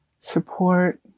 support